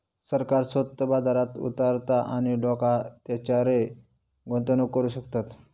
सरकार स्वतः बाजारात उतारता आणि लोका तेच्यारय गुंतवणूक करू शकतत